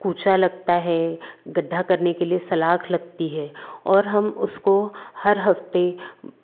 कूचा लगता है गड्ढा करने के लिए सलाख लगती है और हम उसको हर हफ़्ते